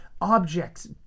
Objects